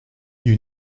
you